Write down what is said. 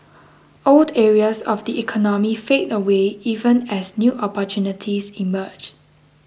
old areas of the economy fade away even as new opportunities emerge